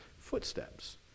footsteps